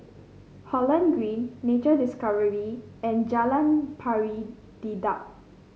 Holland Green Nature Discovery and Jalan Pari Dedap